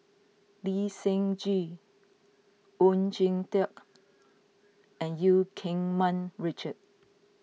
Lee Seng Gee Oon Jin Teik and Eu Keng Mun Richard